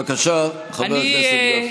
בבקשה, חבר הכנסת גפני.